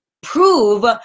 prove